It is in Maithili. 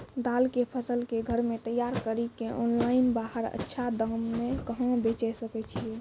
दाल के फसल के घर मे तैयार कड़ी के ऑनलाइन बाहर अच्छा दाम मे कहाँ बेचे सकय छियै?